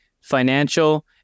financial